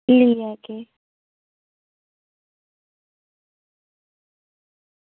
लेई आह्गे